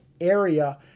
area